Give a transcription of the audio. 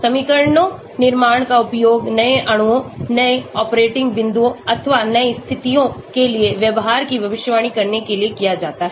समीकरणों निर्माण का उपयोग नए अणुओं नए ऑपरेटिंग बिंदुओं अथवा नई स्थितियों के लिए व्यवहार की भविष्यवाणी करने के लिए किया जा सकता है